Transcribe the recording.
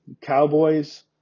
Cowboys